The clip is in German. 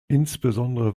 insbesondere